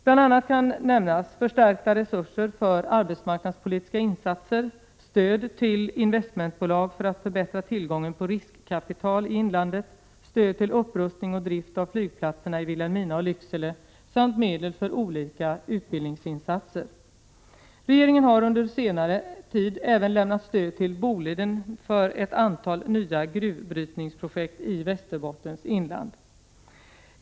Bl.a. kan nämnas förstärkta resurser för arbetsmarknadspolitiska insatser, stöd till investmentbolag för att förbättra tillgången på riskkapital i inlandet, stöd till upprustning och drift av flygplatserna i Vilhelmina och Lycksele samt medel för olika utbildningsinsatser. Regeringen har senare även lämnat stöd till Boliden AB för ett antal nya gruvbrytningsprojekt i Västerbottens inland.